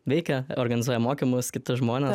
veikia organizuoja mokymus kitus žmones